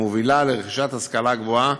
המובילה לרכישת השכלה גבוהה